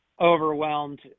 overwhelmed